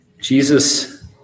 Jesus